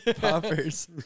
Poppers